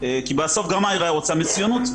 כי בסוף גם העירייה רוצה מצוינות,